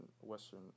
Western